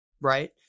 right